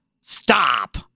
Stop